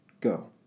Go